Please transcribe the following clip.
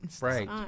Right